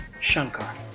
Shankar